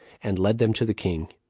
and led them to the king.